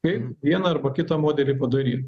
kaip vieną arba kitą modelį padaryt